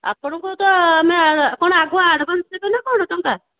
ଆପଣଙ୍କୁ ତ ଆମେ ଆପଣ ଆଗୁଆ ଆଡ଼୍ଭାନ୍ସ୍ ନେବେ ନା କ'ଣ ଟଙ୍କା